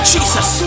Jesus